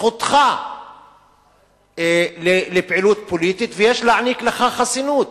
זכותך לפעילות פוליטית, ויש להעניק לך חסינות.